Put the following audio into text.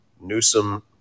Newsom